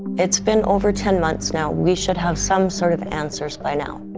it's been over ten months now, we should have some sort of answers by now.